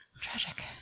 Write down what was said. Tragic